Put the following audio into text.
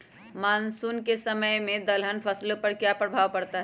Monsoon के समय में दलहन फसलो पर क्या प्रभाव पड़ता हैँ?